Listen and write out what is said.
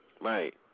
Right